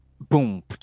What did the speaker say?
Boom